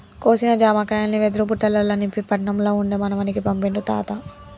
కోసిన జామకాయల్ని వెదురు బుట్టలల్ల నింపి పట్నం ల ఉండే మనవనికి పంపిండు తాత